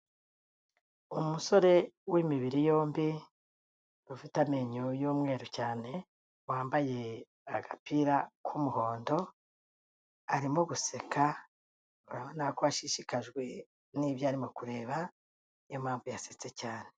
Umusore w'imibiri yombi ufite amenyo y'umweru cyane wambaye agapira k'umuhondo, arimo guseka urabona ko ashishikajwe n'ibyo arimo kureba niyo mpamvu yasetse cyane.